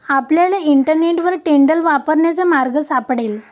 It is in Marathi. आपल्याला इंटरनेटवर टेंडर वापरण्याचा मार्ग सापडेल